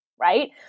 right